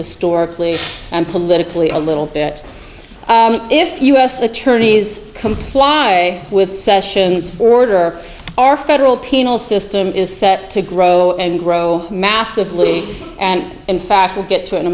historically and politically a little bit if u s attorneys comply with sessions order our federal penal system is set to grow and grow massively and in fact we'll get to in a